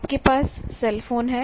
आपके पास cell phone हैं